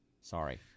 Sorry